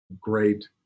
great